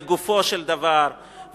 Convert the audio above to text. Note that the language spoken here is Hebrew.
לגופו של דבר,